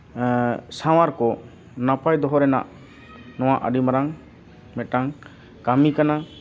ᱥᱟᱶᱟᱨ ᱠᱚ ᱱᱟᱯᱟᱭ ᱫᱚᱦᱚ ᱨᱮᱱᱟᱜ ᱱᱚᱣᱟ ᱟᱹᱰᱤ ᱢᱟᱨᱟᱝ ᱢᱤᱫᱴᱟᱱ ᱠᱟᱹᱢᱤ ᱠᱟᱱᱟ